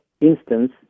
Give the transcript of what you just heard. instance